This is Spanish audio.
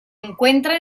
encuentra